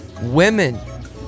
women